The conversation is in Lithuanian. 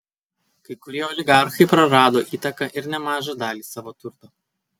kai kurie oligarchai prarado įtaką ir nemažą dalį savo turto